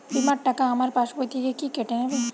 বিমার টাকা আমার পাশ বই থেকে কি কেটে নেবে?